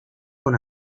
con